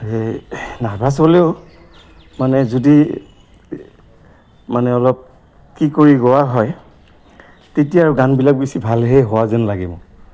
এই নাৰ্ভাছ হ'লেও মানে যদি মানে অলপ কি কৰি গোৱা হয় তেতিয়া আৰু গানবিলাক বেছি ভালহে হোৱা যেন লাগে মোক